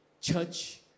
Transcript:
Church